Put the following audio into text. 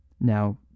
Now